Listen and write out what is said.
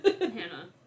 Hannah